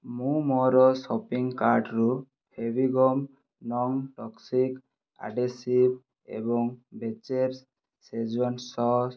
ମୁଁ ମୋର ସପିଂ କାର୍ଟ୍ରୁ ଫେଭିଗମ ନନ୍ ଟକ୍ସିକ୍ ଆଢ଼େସିଭ୍ ଏବଂ ବେଚେଫ ଶେଜୱାନ୍ ସସ୍